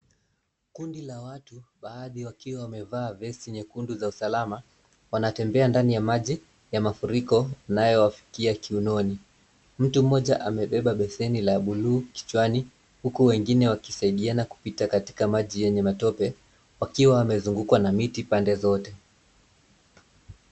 Kundi la watu, baadhi wakiwa wamevaa vesti nyekundu za usalama, wanatembea ndani ya maji ya mafuriko yanayowafikia kiunoni. Mtu mmoja amebeba beseni la buluu kichwani, huku wengine wakisaidiana kupita katika maji yenye matope wakiwa wamezungukwa na miti pande zote.